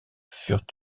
furent